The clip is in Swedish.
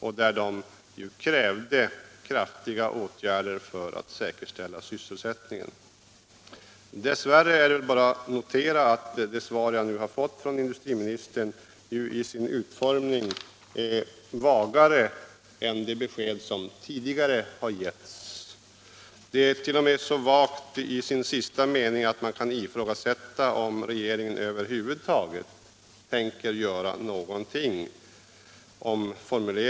Vi krävde där kraftiga åtgärder för att säkerställa sysselsättningen. Dess värre är bara att notera att det svar jag nu har fått från industriministern är vagare utformat än det besked som tidigare lämnades. Den sista meningen är t.o.m. så vagt formulerad att man kan ifrågasätta om regeringen över huvud taget tänker göra någonting.